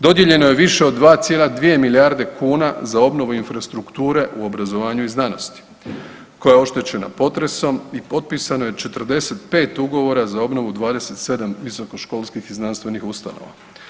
Dodijeljeno je više od 2,2 milijarde kuna za obnovu infrastrukture u obrazovanju i znanosti koja je oštećena potresom i potpisano je 45 ugovora za obnovu 27 visokoškolskih i znanstvenih ustanova.